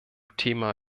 thema